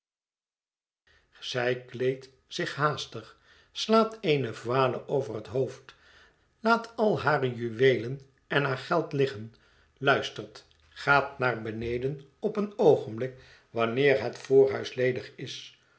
zij kleedt zich haastig slaat eene voile over het hoofd laat al hare juweelen en haar geld liggen luistert gaat naar beneden op een oogenblik wanneer het voorhuis ledig is